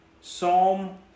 psalm